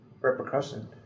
repercussion